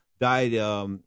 died—